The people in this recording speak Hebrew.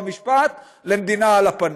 חוקה ומשפט למדינה על הפנים.